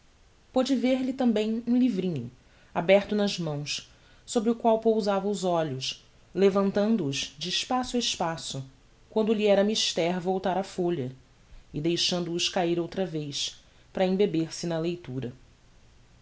levava pôde ver-lhe também um livrinho aberto nas mãos sobre o qual pousava os olhos levantando os de espaço a espaço quando lhe era mister voltar a folha e deixando-os cair outra vez para embeber-se na leitura